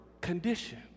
condition